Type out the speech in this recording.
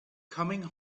coming